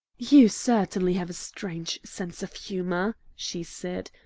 you certainly have a strange sense of humor, she said,